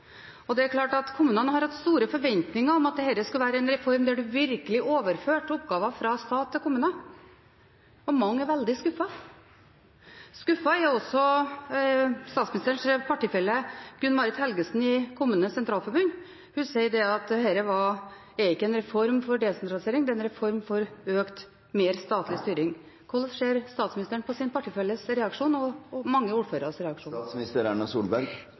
Det er klart at kommunene har hatt store forventninger om at dette skulle være en reform der det virkelig ble overført oppgaver fra staten til kommunene, og mange er veldig skuffet. Skuffet er også statsministerens partifelle Gunn Marit Helgesen i KS. Hun sier at dette er ikke en reform for desentralisering, men en reform for mer statlig styring. Hvordan ser statsministeren på sin partifelles og mange ordføreres reaksjon?